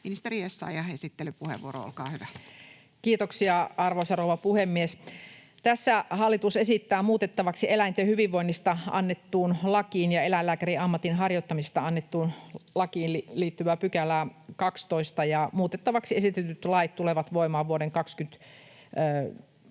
Ministeri Essayah, esittelypuheenvuoro, olkaa hyvä. Kiitoksia, arvoisa rouva puhemies! Tässä hallitus esittää muutettavaksi eläinten hyvinvoinnista annettuun lakiin ja eläinlääkärin ammatin harjoittamisesta annettuun lakiin liittyvää 12 §:ää, ja muutettaviksi esitetyt lait tulevat voimaan vuoden 2024